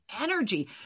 energy